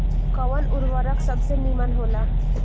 कवन उर्वरक सबसे नीमन होला?